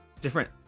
different